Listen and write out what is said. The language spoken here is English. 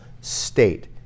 state